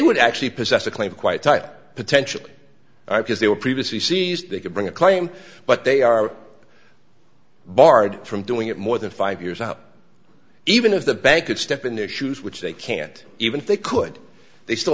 would actually possess a claim quite tight potentially because they were previously seized they could bring a claim but they are barred from doing it more than five years out even if the bank could step in the issues which they can't even if they could they still